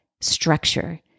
structure